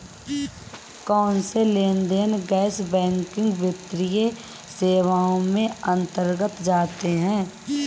कौनसे लेनदेन गैर बैंकिंग वित्तीय सेवाओं के अंतर्गत आते हैं?